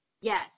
Yes